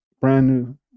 brand-new